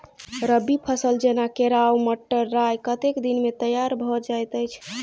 रबी फसल जेना केराव, मटर, राय कतेक दिन मे तैयार भँ जाइत अछि?